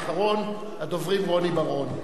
ואחרון הדוברים, רוני בר-און.